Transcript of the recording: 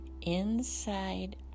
inside